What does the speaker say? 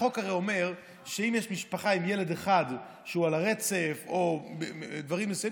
החוק הרי אומר שאם יש משפחה עם ילד אחד שהוא על הרצף או דברים מסוימים,